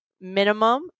minimum